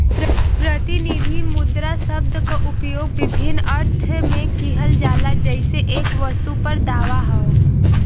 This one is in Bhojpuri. प्रतिनिधि मुद्रा शब्द क उपयोग विभिन्न अर्थ में किहल जाला जइसे एक वस्तु पर दावा हौ